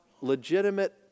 legitimate